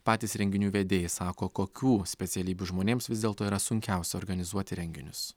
patys renginių vedėjai sako kokių specialybių žmonėms vis dėlto yra sunkiausia organizuoti renginius